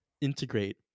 integrate